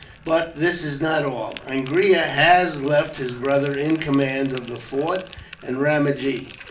but this is not all. angria has left his brother in command of the fort and ramajee,